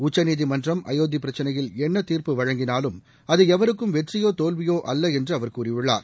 உச்சநீதிமன்றம் அயோத்தி பிரச்சினையில் என்ன தீர்ப்பு வழங்கினாலும் அது எவருக்கும் வெற்றியோ தோல்வியோ அல்ல என்று அவர் கூறியுள்ளார்